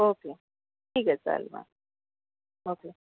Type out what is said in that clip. okay ठीक आहे चालेल बा ओके